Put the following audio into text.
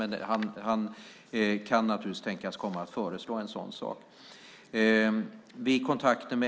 Men han kan naturligtvis tänkas komma att föreslå en sådan sak.